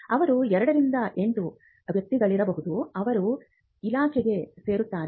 ಅವರು 2 ರಿಂದ 8 ವ್ಯಕ್ತಿಗಳಿರಬಹುದು ಅವರು ಇಲಾಖೆಗೆ ಸೇರುತ್ತಾರೆ